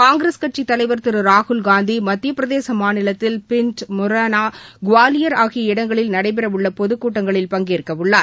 காங்கிரஸ் கட்சி தலைவா் திருராகுல் காந்தி மத்தியப்பிரதேசும் மாநிலத்தில் பின்ட் மொரேனா குவாலியர் ஆகிய இடங்களில் நடைபெறஉள்ளபொதுகூட்டங்களில் பங்கேற்கஉள்ளார்